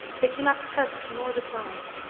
they cannot test nor define.